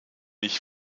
ich